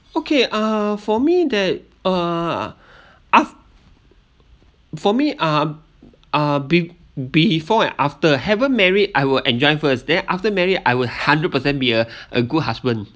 okay uh for me that uh af~ for me uh uh be~ before and after haven't married I will enjoy first then after marry I would hundred percent be a a good husband